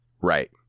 right